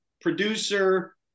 producer